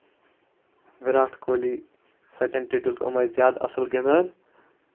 وِراٹھ کوہلی سٔچِن ٹینڈیوٗلکر یِم ٲسۍ زیادٕ اَصٕل گِندان